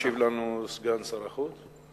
ישיב לנו סגן שר החוץ?